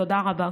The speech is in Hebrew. תודה רבה.